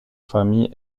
famille